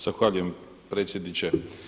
Zahvaljujem predsjedniče.